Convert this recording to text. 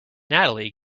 natalie